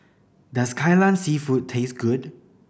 does Kai Lan Seafood taste good